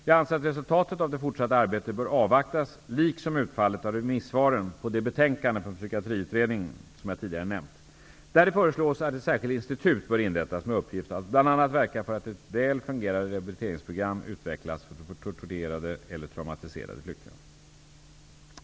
Jag anser att resultatet av det fortsatta arbetet bör avvaktas liksom utfallet av remissvaren på det betänkande från Psykiatriutredningen som jag tidigare nämnt, där det föreslås att ett särskilt institut bör inrättas med uppgift att bl.a. verka för att ett väl fungerande rehabiliteringsprogram uvecklas för torterade eller traumatiserade flyktingar.